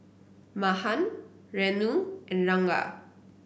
Mahan Renu and Ranga